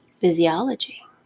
physiology